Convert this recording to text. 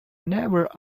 never